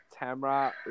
tamra